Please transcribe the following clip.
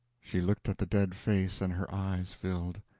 she looked at the dead face, and her eyes filled.